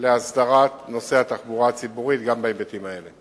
להסדרת נושא התחבורה הציבורית גם בהיבטים האלה.